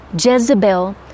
Jezebel